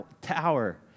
tower